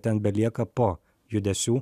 ten belieka po judesių